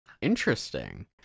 Interesting